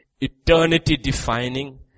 eternity-defining